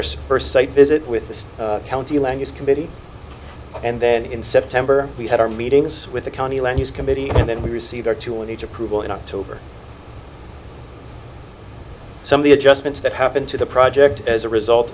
heard first state visit with the county land use committee and then in september we had our meetings with the county land use committee and then we received our two with each approval in october some of the adjustments that happened to the project as a result